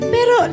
Pero